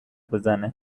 بزنه